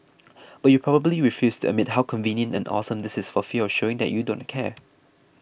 but you probably refuse to admit how convenient and awesome this is for fear of showing that you don't care